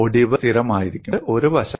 ഒടിവ് സ്ഥിരമായിരിക്കും ഇത് ഒരു വശമാണ്